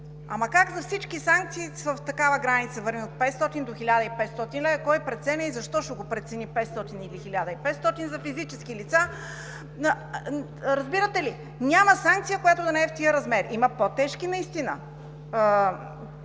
Ама как за всички санкции в такава граница вървим – от 500 до 1500 лв.? Кой преценява и защо ще го прецени 500 или 1500 за физически лица? Разбирате ли, няма санкция, която да не е в тези размери! Има по-тежки санкции